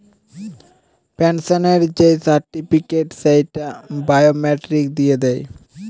পেনসনের যেই সার্টিফিকেট, সেইটা বায়োমেট্রিক দিয়ে দেয়